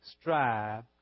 strive